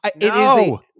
no